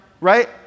right